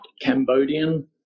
Cambodian